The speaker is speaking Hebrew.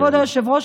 כבוד היושב-ראש,